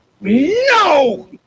no